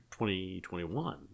2021